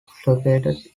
fluctuated